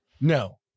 No